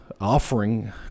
offering